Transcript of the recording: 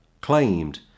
claimed